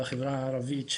בחברה הערבית,